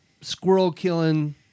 squirrel-killing